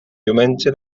diumenge